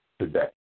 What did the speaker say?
today